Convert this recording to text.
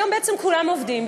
היום בעצם כולם עובדים,